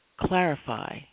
clarify